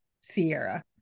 Sierra